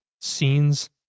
scenes